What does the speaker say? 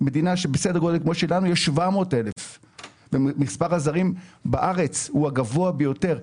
מדינה בסדר-גודל כמו שלנו יש 700,000. מספר הזרים בארץ הוא הגבוה ביותר.